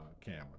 camera